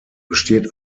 besteht